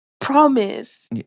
promise